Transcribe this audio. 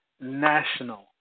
national